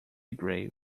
grave